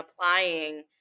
applying